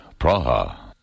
Praha